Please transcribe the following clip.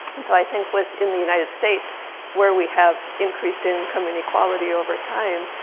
and so i think within the united states where we have increased income inequality over time,